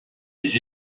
des